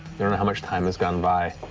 don't know how much time has gone by.